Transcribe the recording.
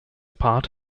part